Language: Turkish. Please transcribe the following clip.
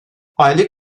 aylık